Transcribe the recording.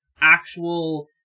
actual